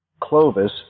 Clovis